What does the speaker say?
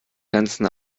ganzen